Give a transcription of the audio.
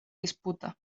disputa